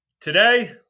Today